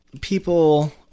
people